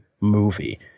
movie